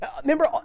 Remember